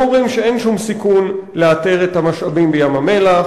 הם אומרים שאין שום סיכון לאתר את המשאבים בים-המלח,